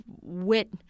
wit